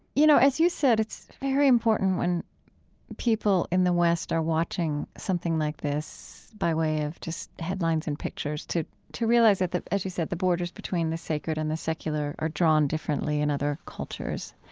you know, as you said, it's very important when people in the west are watching something like this by way of just headlines and pictures to to realize that, as you said, the borders between the sacred and the secular are drawn differently in other cultures.